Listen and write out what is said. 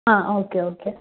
okay okay